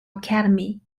academy